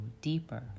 deeper